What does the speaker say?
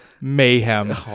mayhem